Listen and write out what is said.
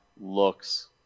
looks